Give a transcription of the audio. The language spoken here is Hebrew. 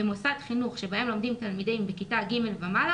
במוסדות חינוך שבהם לומדים תלמידים בכיתה ג' ומעלה